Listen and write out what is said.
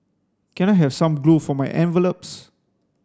can I have some glue for my envelopes